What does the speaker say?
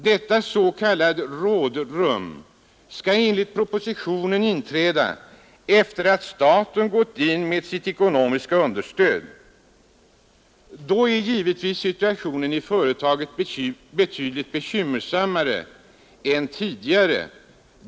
Detta ”rådrum” skall enligt propositionen inträda efter att staten gått in med sitt ekonomiska understöd. Då är givetvis företagets situation betydligt bekymmersammare än tidigare.